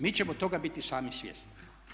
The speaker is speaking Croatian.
Mi ćemo toga biti sami svjesni.